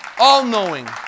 all-knowing